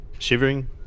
Shivering